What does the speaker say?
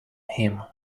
him